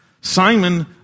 Simon